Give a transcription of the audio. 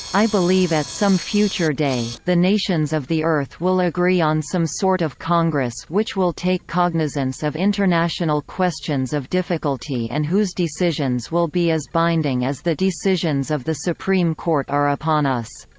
i believe at some future day, the nations of the earth will agree on some sort of congress which will take cognizance of international questions of difficulty and whose decisions will be as binding as the decisions of the supreme court are upon us.